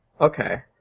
Okay